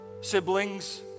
siblings